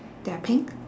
that are pink